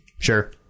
sure